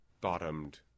bottomed